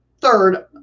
Third